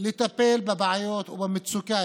לטפל בבעיות ובמצוקה.